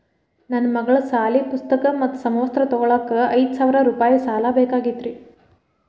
ನನ್ನ ಮಗಳ ಸಾಲಿ ಪುಸ್ತಕ್ ಮತ್ತ ಸಮವಸ್ತ್ರ ತೊಗೋಳಾಕ್ ಐದು ಸಾವಿರ ರೂಪಾಯಿ ಸಾಲ ಬೇಕಾಗೈತ್ರಿ